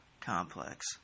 complex